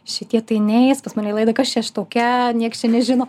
šitie tai neis pas mane į laidą kas čia aš tokia nieks čia nežino